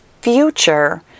future